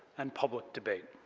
and public debate.